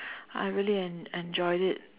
I really en~ enjoyed it